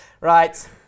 Right